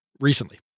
recently